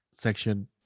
section